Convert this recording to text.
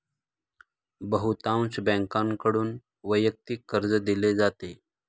बहुतांश बँकांकडून वैयक्तिक कर्ज दिले जाते